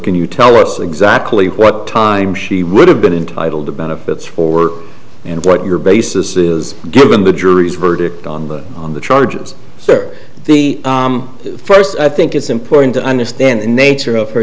can you tell us exactly what time she would have been entitled to benefits for work and what your basis is given the jury's verdict on the charges sir the first i think it's important to understand the nature of her